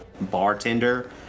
bartender